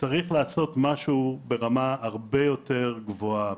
צריך לעשות משהו ברמה הרבה יותר גבוהה,